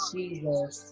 Jesus